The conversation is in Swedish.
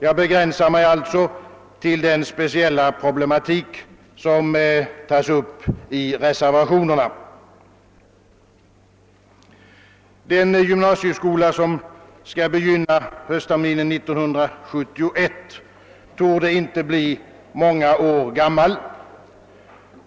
Jag begränsar mig till den speciella problematik som berörs i reservationerna. Den gymnasieskola som skall starta höstterminen 1971 torde inte bli många år gammal.